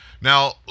Now